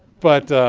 but